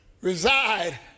reside